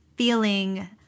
feeling